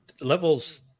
levels